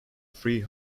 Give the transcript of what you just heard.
free